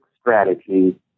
strategy